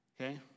Okay